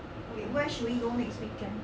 okay where should we go next weekend